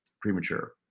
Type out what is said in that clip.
premature